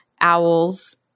owls